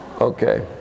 okay